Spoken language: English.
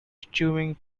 chewing